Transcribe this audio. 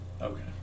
Okay